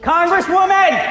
Congresswoman